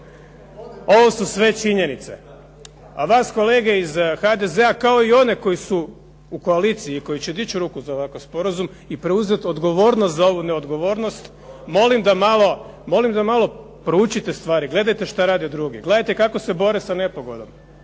Ovo su sve činjenice, a vas kolege iz HDZ-a kao i one koji su u koaliciji i koji će dići ruku za ovaj sporazum i preuzeti odgovornost za ovu neodgovornost molim da malo proučiti stvari, gledajte što rade drugi, gledajte kako se bore sa nepogodom,